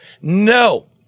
No